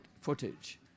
footage